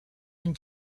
and